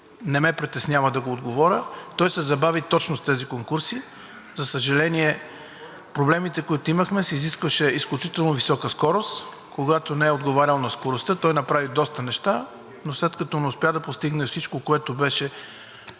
не ме притеснява да отговоря. Той се забави точно с тези конкурси. За съжаление, за проблемите, които имахме, се изискваше изключително висока скорост. Когато не е отговарял на скоростта, той направи доста неща, но след като не успя да постигне всичко, което беше